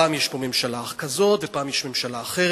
פעם יש פה ממשלה כזאת ופעם יש ממשלה אחרת,